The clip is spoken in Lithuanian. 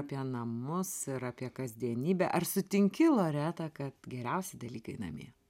apie namus ir apie kasdienybę ar sutinki loretą kad geriausi dalykai namie